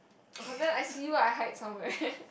then I see you I hide somewhere